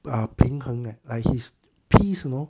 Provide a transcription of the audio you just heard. uh 平衡 leh like his peace you know